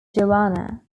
joanna